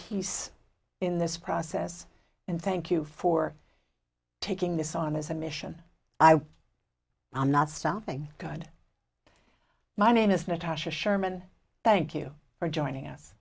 peace in this process and thank you for taking this on as a mission i'm not stopping good my name is natasha sherman thank you for joining us